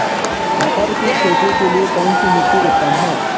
मटर की खेती के लिए कौन सी मिट्टी उत्तम है?